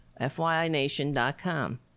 fyination.com